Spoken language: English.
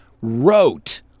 wrote